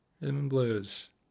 Blues